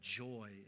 joy